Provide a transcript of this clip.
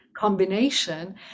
combination